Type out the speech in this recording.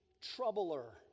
troubler